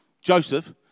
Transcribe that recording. Joseph